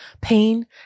pain